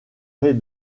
rez